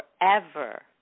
forever